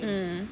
mm